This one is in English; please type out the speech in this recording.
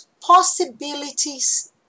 possibilities